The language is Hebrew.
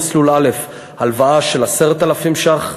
מסלולים: מסלול א' הלוואה של 10,000 ש"ח,